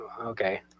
Okay